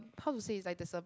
how to say is like there's a